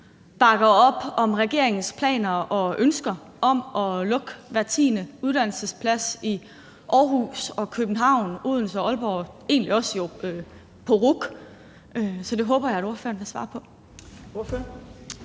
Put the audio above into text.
bakker op om regeringens ønsker og planer om at lukke hver tiende uddannelsesplads i Aarhus, København, Odense, Aalborg og egentlig også på RUC. Så det håber jeg at ordføreren vil svare på.